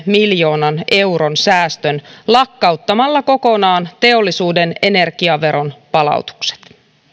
miljoonan euron säästön lakkauttamalla kokonaan teollisuuden energiaveron palautukset